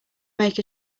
make